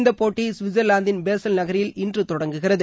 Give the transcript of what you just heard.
இந்த போட்டி சுவிட்சர்லாந்தின் பேசல் நகரில் இன்று தொடங்குகிறது